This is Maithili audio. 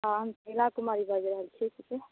हॅं हम शीला कुमारी बाजि रहल छी